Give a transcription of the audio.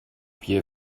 wir